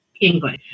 English